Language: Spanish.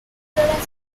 floración